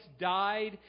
died